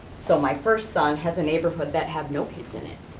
so my first son has a neighborhood that have no kids in it.